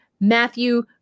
Matthew